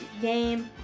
game